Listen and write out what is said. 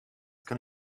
kann